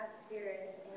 spirit